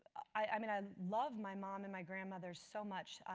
i mean, i love my mom and my grandmother so much.